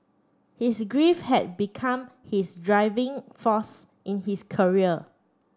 his grief had become his driving force in his career